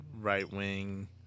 right-wing